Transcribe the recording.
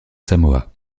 samoa